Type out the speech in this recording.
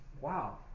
Wow